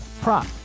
prop